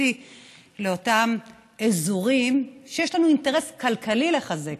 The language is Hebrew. החקיקתי לאותם אזורים שיש לנו אינטרס כלכלי לחזק.